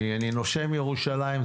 אני נושם ירושלים,